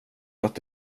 att